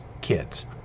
kids